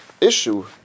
issue